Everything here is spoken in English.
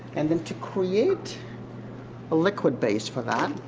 and then to create a liquid base for that,